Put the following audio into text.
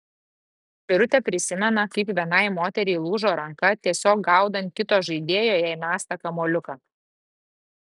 birutė prisimena kaip vienai moteriai lūžo ranka tiesiog gaudant kito žaidėjo jai mestą kamuoliuką